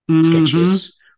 sketches